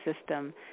system